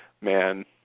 Man